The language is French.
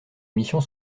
missions